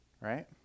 right